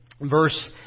verse